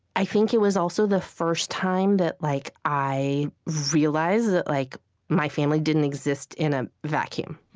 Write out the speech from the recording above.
i think it was also the first time that like i realized that like my family didn't exist in a vacuum.